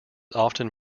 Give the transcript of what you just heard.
often